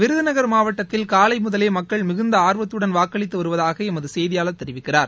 விருதுநகர் மாவட்டத்தில் காலை முதலே மக்கள் மிகுந்த ஆர்வர்துடன் வாக்களித்து வருவதாக எமது செய்தியாளர் தெரிவிக்கிறார்